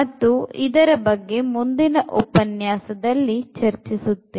ಮತ್ತು ಇದರ ಬಗ್ಗೆ ಮುಂದಿನ ಉಪನ್ಯಾಸದಲ್ಲಿ ಚರ್ಚಿಸುತ್ತೇವೆ